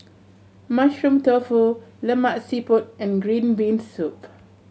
Mushroom Tofu Lemak Siput and green bean soup